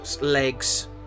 legs